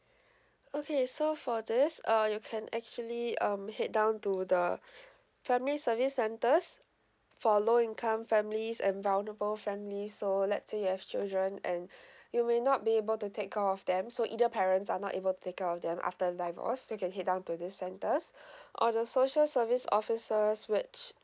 okay so for this uh you can actually um head down to the family service centres for low income families and vulnerable families so let's say you have children and you may not be able to take care of them so either parents are not able to take care of them after divorce you can head down to this centres or the social service offices which